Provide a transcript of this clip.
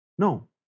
No